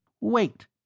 Wait